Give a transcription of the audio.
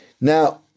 Now